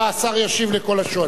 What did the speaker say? השר ישיב לכל השואלים.